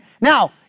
now